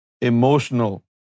emotional